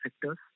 sectors